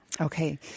Okay